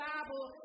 Bible